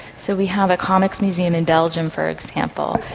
so we have a comics museum in belgium, for example,